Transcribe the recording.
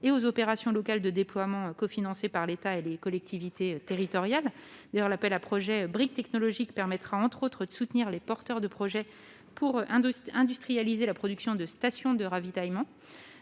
et les opérations locales de déploiement cofinancées par l'État et les collectivités territoriales. D'ailleurs, l'appel à projets Briques technologiques permettra, entre autres, de soutenir les porteurs de projets pour industrialiser la production de stations de ravitaillement.